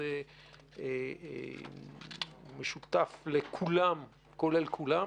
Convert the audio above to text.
שזה משותף לכולם כולל כולם.